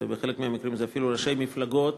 ובחלק מהמקרים אפילו ראשי מפלגות,